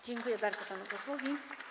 Dziękuję bardzo panu posłowi.